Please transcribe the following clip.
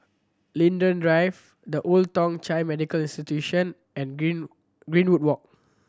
Linden Drive The Old Thong Chai Medical Institution and Green Greenwood Walk